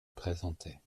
présentait